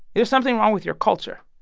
there's something wrong with your culture,